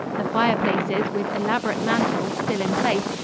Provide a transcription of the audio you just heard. the fire places, with elaborate mantels still in place,